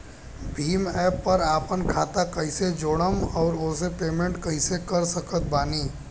Bhim app पर आपन खाता के कईसे जोड़म आउर ओसे पेमेंट कईसे कर सकत बानी?